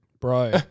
Bro